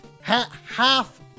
half